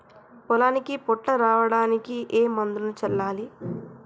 పొలానికి పొట్ట రావడానికి ఏ మందును చల్లాలి?